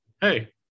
hey